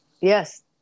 Yes